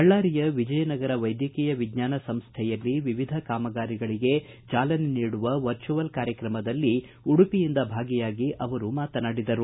ಬಳ್ಳಾರಿಯ ವಿಜಯನಗರ ವೈದ್ಯಕೀಯ ವಿಜ್ಞಾನ ಸಂಸ್ಥೆಯಲ್ಲಿ ವಿವಿಧ ಕಾಮಗಾರಿಗಳಿಗೆ ಚಾಲನೆ ನೀಡುವ ವರ್ಚುವಲ್ ಕಾರ್ಯಕ್ರಮದಲ್ಲಿ ಉಡುಪಿಯಿಂದ ಭಾಗಿಯಾಗಿ ಅವರು ಮಾತನಾಡಿದರು